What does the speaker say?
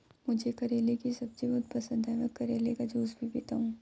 मुझे करेले की सब्जी बहुत पसंद है, मैं करेले का जूस भी पीता हूं